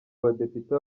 badepite